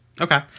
Okay